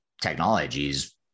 technologies